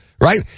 right